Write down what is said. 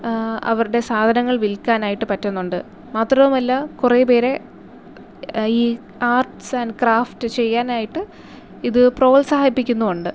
അവരുടെ സാധനങ്ങൾ വിൽക്കാനായിട്ട് പറ്റുന്നുണ്ട് മാത്രവുമല്ല കുറേ പേരെ ഈ ആർട്ട്സ് ആൻഡ് ക്രാഫ്റ്റ് ചെയ്യാനായിട്ട് ഇത് പ്രോത്സാഹിപ്പിക്കുന്നുണ്ട്